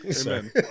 amen